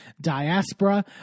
Diaspora